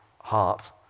heart